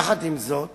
יחד עם זאת